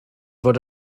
fod